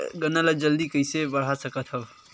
गन्ना ल जल्दी कइसे बढ़ा सकत हव?